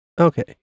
Okay